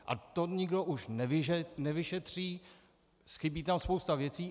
A to nikdo už nevyšetří, chybí tam spousta věcí.